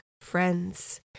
friends